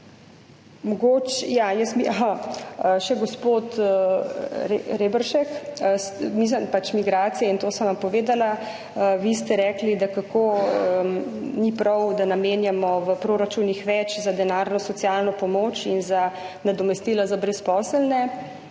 bo lahko izvedlo. Še gospod Reberšek. O migracijah in tem sem vam povedala. Vi ste rekli, da kako ni prav, da namenjamo v proračunih več za denarno socialno pomoč in za nadomestila za brezposelne.